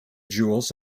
jewels